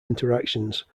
interactions